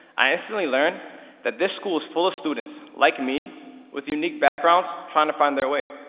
i instantly learned that this school is full of students like me with unique backgrounds trying to find their way.